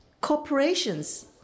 corporations